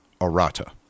Arata